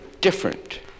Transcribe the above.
different